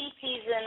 season